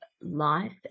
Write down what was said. life